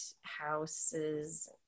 houses